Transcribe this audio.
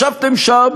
ישבתם שם